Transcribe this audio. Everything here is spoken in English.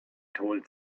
told